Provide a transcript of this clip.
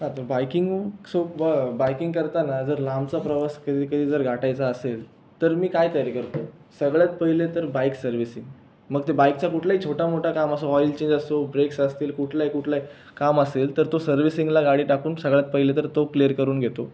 हा तर बाइकिंग सोब बाइकिंग करताना जर लांबचा प्रवास कधी कधी जर गाठायचा असेल तर मी काय तयारी करतो सगळ्यात पहिले तर बाइक सर्व्हिसिंग मग ते बाइकचा कुठलाही छोटा मोठा काम असो ऑइल चेंज असो ब्रेक्स असतील कुठलंही कुठलंही काम असेल तर तो सर्व्हिसिंगला गाडी टाकून सगळ्यात पहिले तर तो क्लियर करून घेतो